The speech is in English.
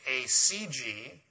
ACG